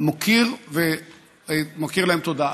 מוקיר ומכיר להם תודה.